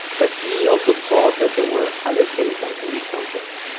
but he also saw that there were other chemicals in these samples.